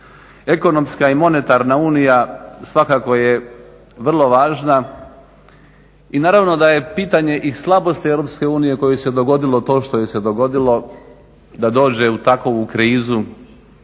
Ekonomska i monetarna unija svakako je vrlo važna i naravno da je pitanje i slabosti EU kojoj se dogodilo to što joj se dogodilo da dođe u takovu krizu,